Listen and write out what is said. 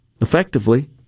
effectively